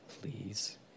please